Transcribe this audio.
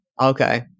Okay